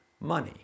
money